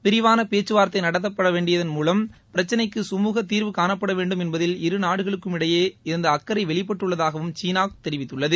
விரிவான பேச்சுவார்த்தை நடத்தப்பட்டதன் மூலம் பிரச்சினைக்கு சுமூக தீர்வு காணப்பட வேண்டும் என்பதில் இரு நாடுகளுக்கும் இடையே இருந்த அக்கறை வெளிப்பட்டுள்ளதாகவும் சீனா தெரிவித்துள்ளது